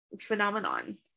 phenomenon